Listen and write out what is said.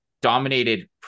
dominated